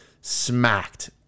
smacked